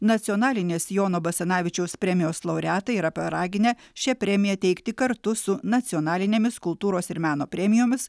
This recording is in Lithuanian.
nacionalinės jono basanavičiaus premijos laureatai yra paraginę šią premiją teikti kartu su nacionalinėmis kultūros ir meno premijomis